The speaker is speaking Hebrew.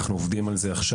אנחנו עובדים על זה עכשיו.